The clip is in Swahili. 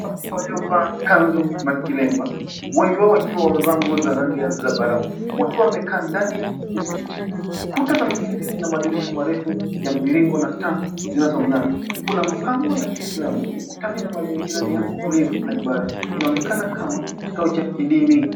Watu waliovaa kanzu na kilemba. Wengi wao wakiwa wamevaa nguo za rangi ya zambarau, wakiwa wamekaa ndani ya msikiti. Kuta za msikiti zina madirisha marefu ya mviringo na taa zinazong'aa. Kuna mapambo ya kiislamu ukutani na mazingira ni ya utulivu na ibada. Inaonekana kama kikao cha kidini.